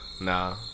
Nah